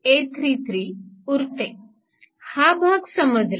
हा भाग समजला